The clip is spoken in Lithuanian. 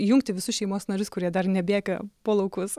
įjungti visus šeimos narius kurie dar nebėga po laukus